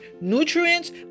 nutrients